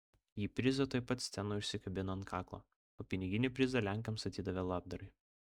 ji prizą tuoj pat scenoje užsikabino ant kaklo o piniginį prizą lenkams atidavė labdarai